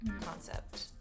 concept